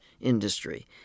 industry